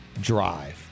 drive